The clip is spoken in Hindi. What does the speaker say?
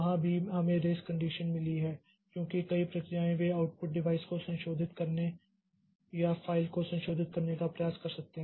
वहाँ भी हमें रेस कंडीशन मिली है क्योंकि कई प्रक्रियाएँ वे आउटपुट डिवाइस को संशोधित करने या फ़ाइल को संशोधित करने का प्रयास कर सकते हैं